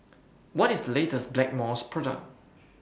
What IS The latest Blackmores Product